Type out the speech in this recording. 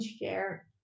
share